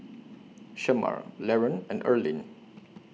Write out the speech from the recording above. Shemar Laron and Erlene